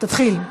תתחיל.